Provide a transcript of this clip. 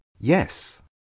yes